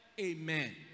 Amen